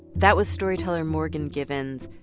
that was storyteller morgan givens.